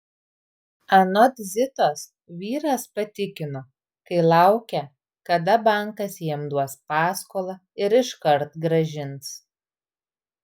anot zitos vyras patikino kai laukia kada bankas jam duos paskolą ir iškart grąžins